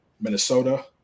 Minnesota